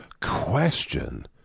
question